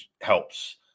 helps